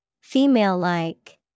Female-like